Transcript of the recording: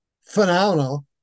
phenomenal